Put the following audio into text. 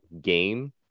game